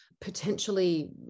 potentially